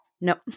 Nope